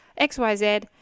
XYZ